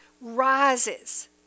rises